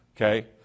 okay